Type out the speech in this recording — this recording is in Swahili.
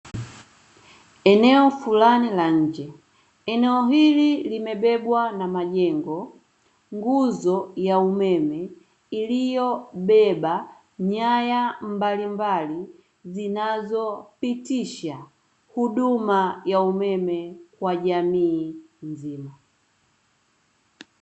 Eneo fulani la nje, eneo hili limebebwa na majengo, nguzo ya umeme iliyobeba nyaya mbalimbali zinazopitisha huduma ya umeme kwa jamii nzima.